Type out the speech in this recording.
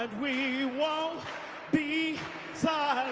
and we won't be so